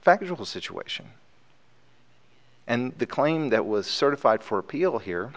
factual situation and the claim that was certified for appeal here